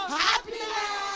happiness